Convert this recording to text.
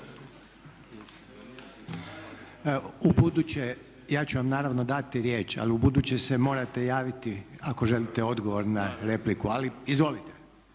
Ubuduće, ja ću vam naravno dati riječ, ali ubuduće se morate javiti ako želite odgovor na repliku. Ali izvolite.